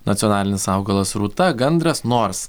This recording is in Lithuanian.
nacionalinis augalas rūta gandras nors